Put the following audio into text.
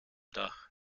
dach